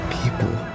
people